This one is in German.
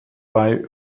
bei